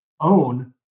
own